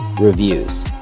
reviews